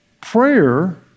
Prayer